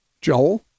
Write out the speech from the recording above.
Joel